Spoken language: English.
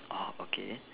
orh okay